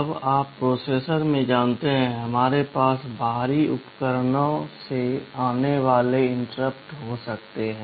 अब आप प्रोसेसर में जानते हैं हमारे पास बाहरी उपकरणों से आने वाले इंटरप्ट हो सकते हैं